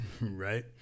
right